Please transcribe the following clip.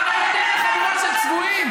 הרי אתם חבורה של צבועים.